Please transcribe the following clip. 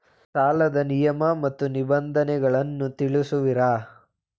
ಸಾಲದ ನಿಯಮ ಮತ್ತು ನಿಬಂಧನೆಗಳನ್ನು ತಿಳಿಸುವಿರಾ?